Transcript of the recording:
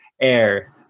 air